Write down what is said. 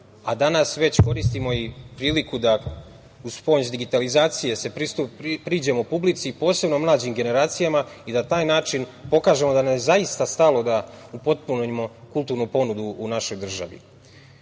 a danas već koristimo i priliku da uz pomoć digitalizacije priđemo publici, posebno mlađim generacijama i na taj način pokažemo da nam je zaista stalo da upotpunimo kulturnu ponudu u našoj draži. Moram